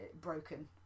broken